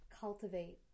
cultivate